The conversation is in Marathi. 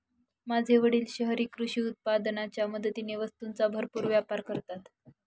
माझे वडील शहरी कृषी उत्पादनाच्या मदतीने वस्तूंचा भरपूर व्यापार करतात